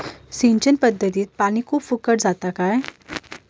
सिंचन पध्दतीत पानी खूप फुकट जाता काय?